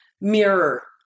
mirror